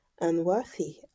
unworthy